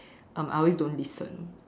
um I always don't listen